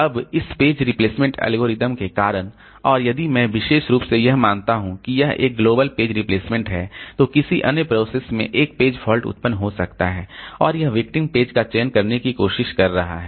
अब इस page replacement algorithm के कारण और यदि मैं विशेष रूप से यह मानता हूं कि यह एक ग्लोबल पेज रिप्लेसमेंट है तो किसी अन्य प्रोसेस में एक पेज फॉल्ट उत्पन्न हो सकता है और यह विक्टिम पेज का चयन करने की कोशिश कर रहा है